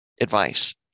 advice